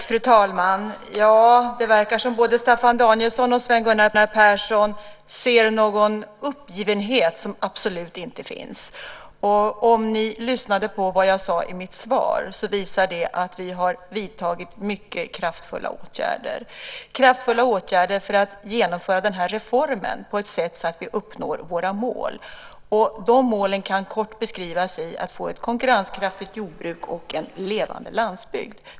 Fru talman! Det verkar som att både Staffan Danielsson och Sven Gunnar Persson ser en uppgivenhet som absolut inte finns. Om ni lyssnade på det som jag sade i mitt svar, så visade det att vi har vidtagit mycket kraftfulla åtgärder för att genomföra den här reformen på ett sätt så att vi uppnår våra mål. Dessa mål kan kort beskrivas med att vi ska ha ett konkurrenskraftigt jordbruk och en levande landsbygd.